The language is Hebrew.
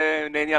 להודות.